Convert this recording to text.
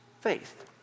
faith